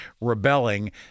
rebelling